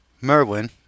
Merwin